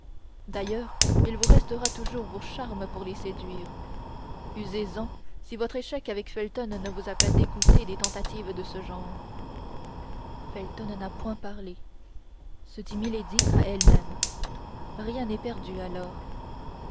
d'ailleurs il vous restera toujours vos charmes pour les séduire usez-en si votre échec avec felton ne vous a pas dégoûtée des tentatives de ce genre felton n'a point parlé se dit milady à elle-même rien n'est perdu alors